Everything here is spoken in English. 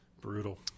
Brutal